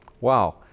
Wow